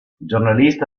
giornalista